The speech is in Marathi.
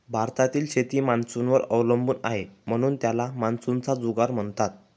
भारताची शेती मान्सूनवर अवलंबून आहे, म्हणून त्याला मान्सूनचा जुगार म्हणतात